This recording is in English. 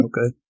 Okay